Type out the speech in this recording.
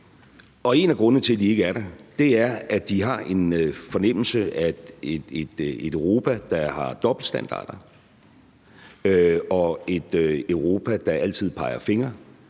en af grundene til, at de ikke er der, er, at de har en fornemmelse af et Europa, der har dobbeltstandarder, og et Europa, der altid peger fingre